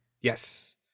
Yes